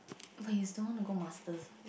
but you don't want to go masters